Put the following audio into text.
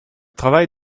travail